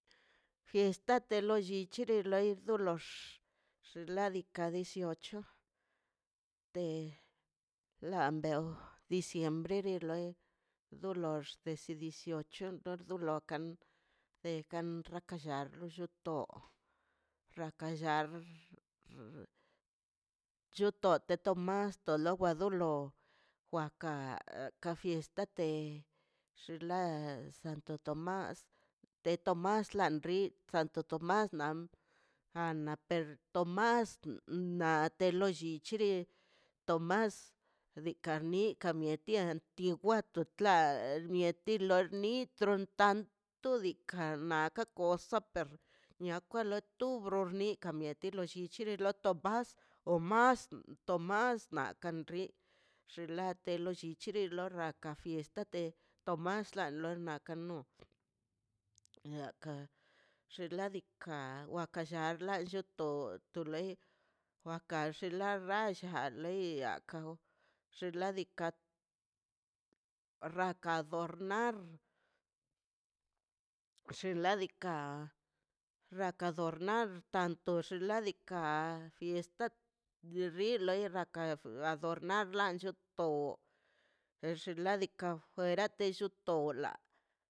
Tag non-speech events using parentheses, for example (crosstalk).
Fiesta de los llichiri do lox xinladika dieciocho de lam beo diciembre de loi do lox de dieciocho lokan rekan reka llakan lloto (noise) rakan llar choto de tomás to lowa do lo waka ka fiesta de xinla santo tomás de tomás lan rin santo tomás na na per tomás na te lo llichiri tomás di kami kamieti tigwato tla el mieti nitro tanto diikaꞌ nan naka kosa per niakala turbo mieti lo llichiri loi tomás o más tomás na kanrie xinlatero rilliro loi rraka fiesta de tomas lo de na kanon (hesitation) aka xinladika waka llarta lloto to lei waka xinlalla loia ka gok xinladika rraka adornar xinladika rraka adornar tanto xinladika fiesta dirri latka adornar lancho to en xinladika juera la llutonga.